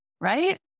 right